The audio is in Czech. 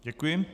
Děkuji.